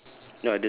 sorry